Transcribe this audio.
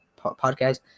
podcast